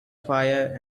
fire